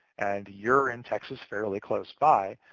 and you're in texas fairly close by,